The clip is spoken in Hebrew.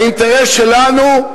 האינטרס שלנו,